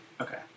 Okay